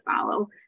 follow